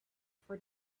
for